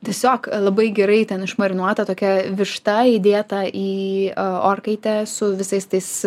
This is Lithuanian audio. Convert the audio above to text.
tiesiog labai gerai ten išmarinuota tokia višta įdėta į orkaitę su visais tais